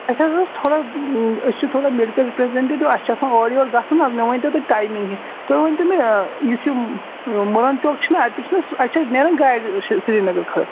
اَسہِ حظ اوس تھوڑا أسۍ چھِ تھوڑا میٚڈِکَل رِپرٛٮ۪نزیٚنٹیٹِو اَسہِ چھ آسان اورٕ یورٕ گَژھُن حظ مےٚ ؤنۍتو تُہۍ ٹایمِنٛگ تُہۍ ؤنۍتو مےٚ یُس یِم محلہٕ چوک چھُناہ اَتہِ تہِ چھُناہ سُہ اَتہِ چھِ حظ نیران گاڑِ سریٖنَگَر خٲطرٕ